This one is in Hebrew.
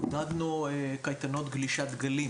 עודדנו קייטנות גלישת גלים,